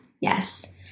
yes